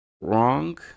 wrong